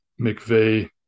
McVeigh